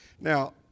Now